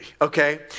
Okay